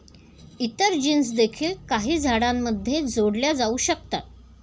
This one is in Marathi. इतर जीन्स देखील काही झाडांमध्ये जोडल्या जाऊ शकतात